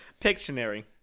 Pictionary